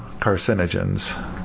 carcinogens